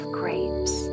grapes